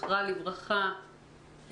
זכרה לברכה,